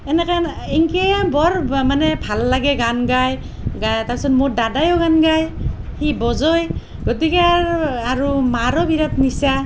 এনেকৈ এনকৈ বৰ মানে ভাল লাগে গান গাই গাই তাৰ পাছত মোৰ দাদাইয়ো গান গাই সি বজাই গতিকে আৰু আৰু মাৰো বিৰাট নিচা